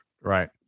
right